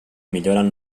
milloren